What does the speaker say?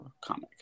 comic